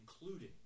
including